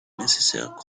nécessaire